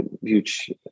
huge